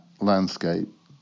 landscape